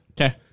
Okay